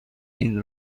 این